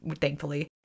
thankfully